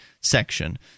section